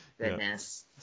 Goodness